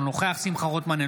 אינו נוכח שמחה רוטמן,